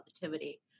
positivity